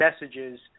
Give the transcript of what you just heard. messages